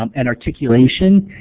um and articulation.